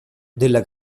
della